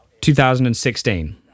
2016